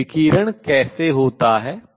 कि विकिरण कैसे होता है